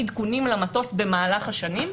עדכונים למטוס במהלך השנים,